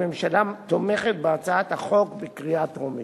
הממשלה תומכת בהצעת החוק בקריאה טרומית.